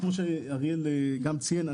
כפי שאריאל גם ציין,